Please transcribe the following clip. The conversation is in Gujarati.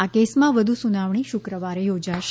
આ કેસમાં વધુ સુનાવણી શુક્રવારે યોજાશે